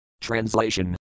Translation